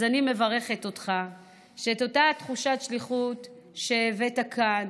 אז אני מברכת אותך שאותה תחושת שליחות שהבאת כאן